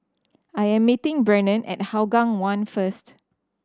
I am meeting Brannon at Hougang One first